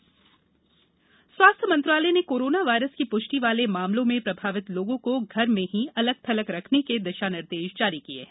corona सलाह स्वास्थ्य मंत्रालय ने कोरोना वायरस की पुष्टि वाले मामलों में प्रभावित लोगों को घर में ही अलग थलग रखने के दिशा निर्देश जारी किये हैं